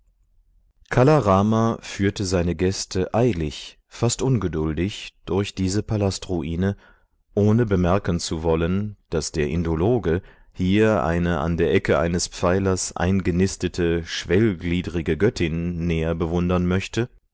kala rama führte seine gäste eilig fast ungeduldig durch diese palastruine ohne bemerken zu wollen daß der indologe hier eine an der ecke eines pfeilers eingenistete schwellgliedrige göttin näher bewundern möchte